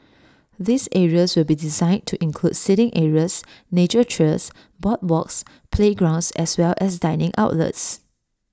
these areas will be designed to include seating areas nature trails boardwalks playgrounds as well as dining outlets